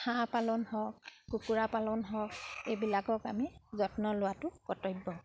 হাঁহ পালন হওক কুকুৰা পালন হওক এইবিলাকক আমি যত্ন লোৱাটো কৰ্তব্য